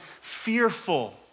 fearful